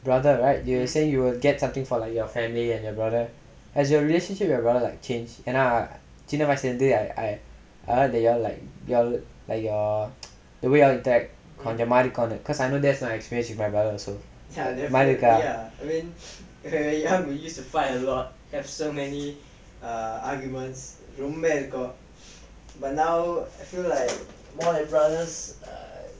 brother right you say you will get something for your family and your brother has your relationship with your brother changed ஏனா சின்ன வயசுல இருந்து:yaenaa chinna vayasula irunthu I heard the year like way you interact கொஞ்ச மாறிக்குனு:konja maarikkunu cause I know there's my situtaion with my brother also